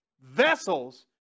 vessels